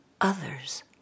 Others